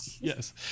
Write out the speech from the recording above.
Yes